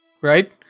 right